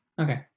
okay